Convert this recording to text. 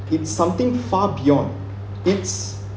it's something far beyond its